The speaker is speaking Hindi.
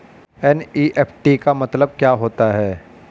एन.ई.एफ.टी का मतलब क्या होता है?